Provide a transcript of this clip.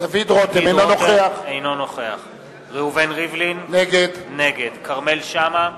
אינו נוכח ראובן ריבלין, נגד כרמל שאמה,